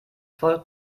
volk